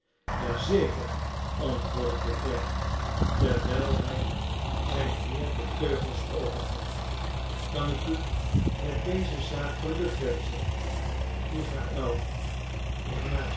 zeker antwoordde de klerk terwijl hij zijn heer de teugels overgaf kan ik u met deze zaak geluk wenschen michael